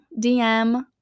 DM